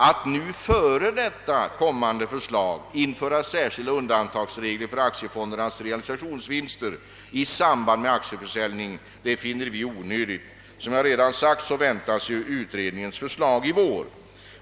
Att innan detta förslag har lagts fram införa särskilda undantagsregler för aktiefondernas realisationsvinster i samband med aktieförsäljning finner vi onödigt. Som jag redan framhållit väntas utredningens förslag i vår.